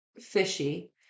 fishy